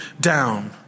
down